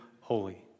Holy